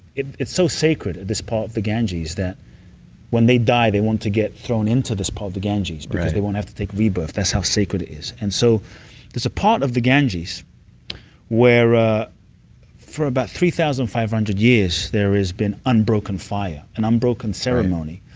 it's so sacred at this part of the ganges. that when they die, they want to get thrown into this part of the ganges because they won't have to take rebirth. that's how sacred it is. and so there's a part of the ganges where, ah for about three thousand five hundred years, there has been unbroken fire, an unbroken ceremony,